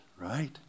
right